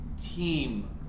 team